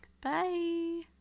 bye